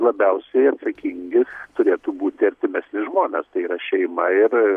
labiausiai atsakingi turėtų būti artimesni žmonės tai yra šeima ir